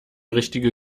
richtige